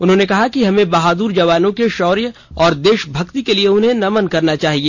उन्होंने कहा कि हमें बहादर जवानों के शौर्य और देशभक्ति के लिए उन्हें नमन करना चाहिए